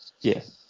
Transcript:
Yes